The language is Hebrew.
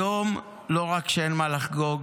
היום לא רק שאין מה לחגוג,